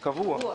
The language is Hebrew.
קבוע.